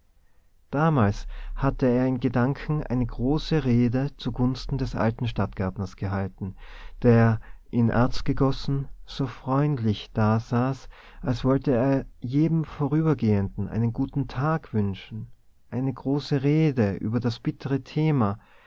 damals hatte er in gedanken eine große rede zugunsten des alten stadtgärtners gehalten der in erz gegossen so freundlich dasaß als wollte er jedem vorübergehenden einen guten tag wünschen eine große rede über das bittere thema